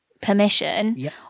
permission